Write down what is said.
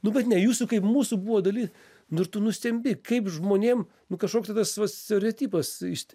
nu bet ne jūsų kaip mūsų buvo dali nu ir tu nustembi kaip žmonėm nu kažkoks tai tas vat stereotipas įs